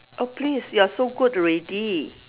oh please you are so good already